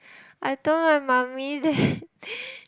I told my mummy that